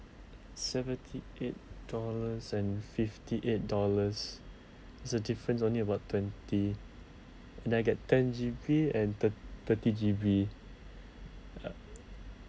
seventy eight dollars and fifty eight dollars it's a difference only about twenty and I get ten G_B and thir~ thirty G_B uh